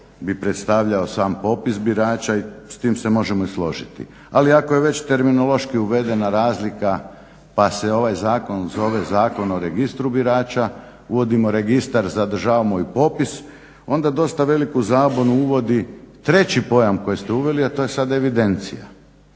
bi predstavljao sam popis birača i s time se možemo i složiti. Ali ako je već terminološki uvedena razlika pa se ovaj zakon zove Zakon o registru birača uvodimo registar, zadržavamo i popis onda dosta veliku zabunu uvodi treći pojam koji ste uveli, a to je sad evidencija.